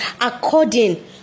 according